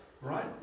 Right